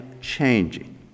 changing